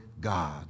God